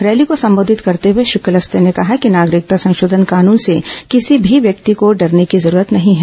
rally को संबोधित करते हुए श्री कुलस्ते ने कहा कि नागरिकता संशोधन कानून से किसी भी व्यक्ति को डरने की जरूरत नहीं है